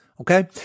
Okay